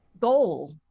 goal